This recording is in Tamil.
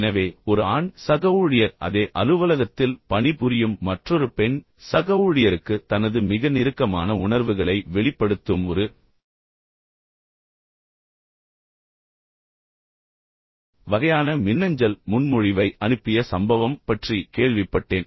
எனவே ஒரு ஆண் சக ஊழியர் அதே அலுவலகத்தில் பணிபுரியும் மற்றொரு பெண் சக ஊழியருக்கு தனது மிக நெருக்கமான உணர்வுகளை வெளிப்படுத்தும் ஒரு வகையான மின்னஞ்சல் முன்மொழிவை அனுப்பிய சம்பவம் பற்றி கேள்விப்பட்டேன்